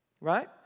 Right